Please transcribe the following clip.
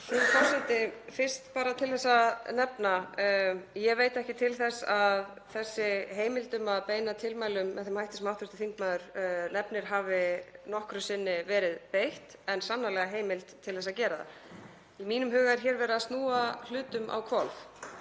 Forseti. Fyrst til að nefna það þá veit ég ekki til þess að þessari heimild um að beina tilmælum með þeim hætti sem hv. þingmaður nefnir hafi nokkru sinni verið beitt, en sannarlega er heimild til þess að gera það. Í mínum huga er hér verið að snúa hlutum á hvolf.